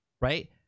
right